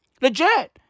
Legit